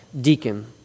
deacon